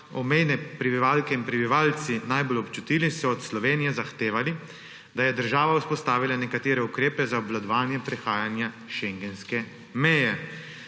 obmejni prebivalke in prebivalci najbolj občutili, so od Slovenije zahtevali, da je država vzpostavila nekatere ukrepe za obvladovanje prehajanja šengenske meje.